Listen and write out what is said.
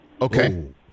Okay